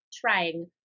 trying